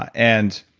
and